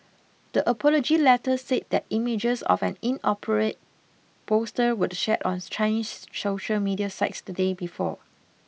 the apology letter said that images of an in operate poster were shared on Chinese social media sites the day before